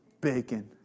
bacon